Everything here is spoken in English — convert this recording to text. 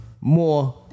more